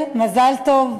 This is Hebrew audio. מזל טוב.